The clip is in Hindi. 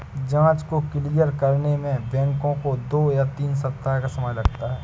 जाँच को क्लियर करने में बैंकों को दो या तीन सप्ताह का समय लगता है